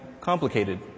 complicated